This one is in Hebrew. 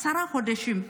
עשרה חודשים.